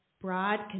broad